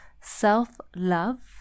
self-love